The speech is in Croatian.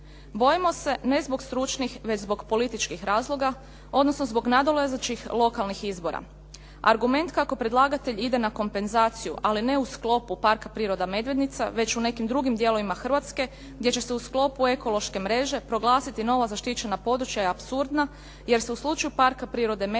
Bojimo se ne zbog stručnih već zbog političkih razloga odnosno zbog nadolazećih lokalnih izbora. Argument kako predlagatelj ide na kompenzaciju ali ne u sklopu Parka prirode Medvednica već u nekim drugim dijelovima Hrvatske gdje će se u sklopu ekološke mreže proglasiti novo zaštićena područja je apsurdna jer se u slučaju Parka prirode Medvednica